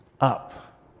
up